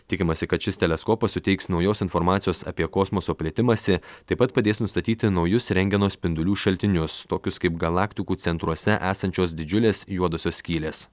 tikimasi kad šis teleskopas suteiks naujos informacijos apie kosmoso plėtimąsi taip pat padės nustatyti naujus rentgeno spindulių šaltinius tokius kaip galaktikų centruose esančios didžiulės juodosios skylės